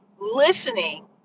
listening